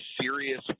serious